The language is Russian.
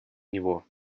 него